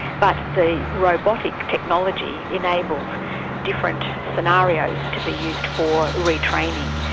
but the robotic technology enables different scenarios to be used for re-training,